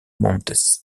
montes